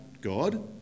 God